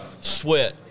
sweat